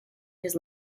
his